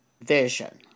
vision